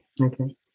Okay